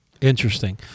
interesting